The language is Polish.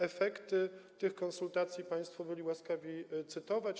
Efekty tych konsultacji państwo byli łaskawi cytować.